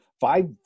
five